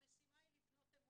המשימה היא לבנות אמון.